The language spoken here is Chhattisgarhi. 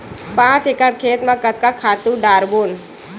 पांच एकड़ खेत म कतका खातु डारबोन?